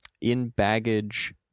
in-baggage